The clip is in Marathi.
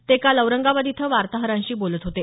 ते काल औरंगाबाद इथं वार्ताहरांशी बोलत होते